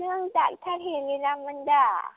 नों डाक्टार हेलेनामोन दा